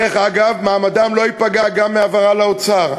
דרך אגב, מעמדם לא ייפגע גם מהעברה לאוצר.